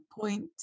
point